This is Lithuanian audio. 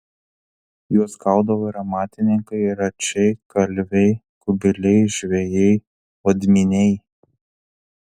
juos gaudavo ir amatininkai račiai kalviai kubiliai žvejai odminiai